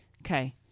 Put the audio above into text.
Okay